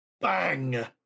Bang